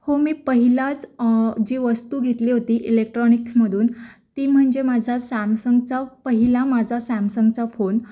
हो मी पहिलाच जी वस्तू घेतली होती इलेक्ट्रॉनिक्समधून ती म्हणजे माझा सॅमसंगचा पहिला माझा सॅमसंगचा फोन